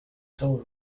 toll